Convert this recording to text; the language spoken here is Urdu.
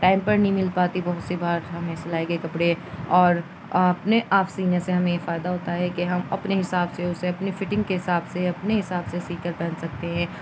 ٹائم پر نہیں مل پاتی بہت سی بار ہمیں سلائی کے کپڑے اور اپنے آپ سینے سے ہمیں یہ فائدہ ہوتا ہے کہ ہم اپنے حساب سے اسے اپنی فٹنگ کے حساب سے اپنے حساب سے سی کر پہن سکتے ہیں